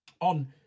on